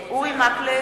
בהצבעה אורי מקלב,